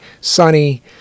sunny